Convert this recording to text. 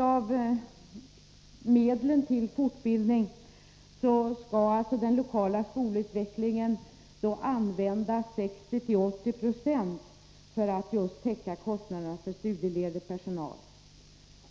Av statsbidragen till lokal skolutveckling skall 60-80 26 användas just för att täcka kostnaderna för studieledig personal.